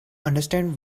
understand